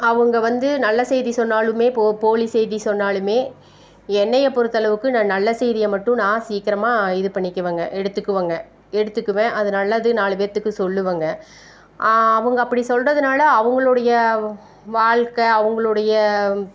அவங்க வந்து நல்ல செய்தி சொன்னாலுமே போ போலி செய்தி சொன்னாலுமே என்னைய பொறுத்தளவுக்கு நான் நல்ல செய்தியை மட்டும் நான் சீக்கிரமாக இது பண்ணிக்கிவேங்க எடுத்துக்குவேங்க எடுத்துக்குவேன் அது நல்லது நாலு பேருத்துக்கு சொல்லுவேங்க அவங்க அப்படி சொல்கிறதுனால அவங்களுடைய வாழ்க்கை அவங்களுடைய